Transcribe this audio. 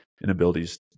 inabilities